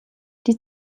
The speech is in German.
die